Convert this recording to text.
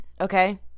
okay